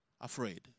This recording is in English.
afraid